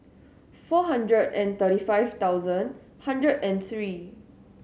four hundred and thirty five thousand hundred and three